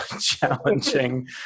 challenging